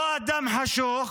אותו אדם חשוך,